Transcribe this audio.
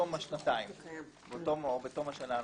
השנתיים או בתום השנה הנוספת.